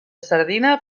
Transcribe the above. sardina